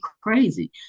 crazy